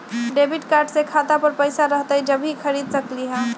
Debit card से खाता पर पैसा रहतई जब ही खरीद सकली ह?